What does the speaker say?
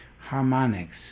harmonics